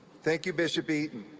thank you, bishop eaton.